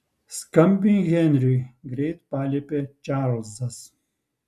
skambink henriui greit paliepė čarlzas